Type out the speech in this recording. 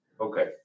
Okay